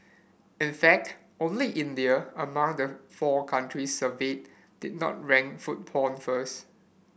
in fact only India among the four countries surveyed did not rank food porn first